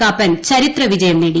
കാപ്പൻ ചരിത്ര വിജയം നേടി